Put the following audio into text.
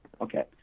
Okay